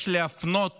יש להפנות